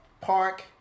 park